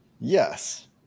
yes